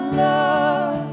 love